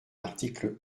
l’article